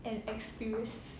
an experience